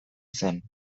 zen